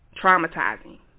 traumatizing